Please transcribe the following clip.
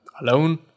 alone